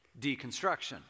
deconstruction